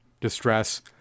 distress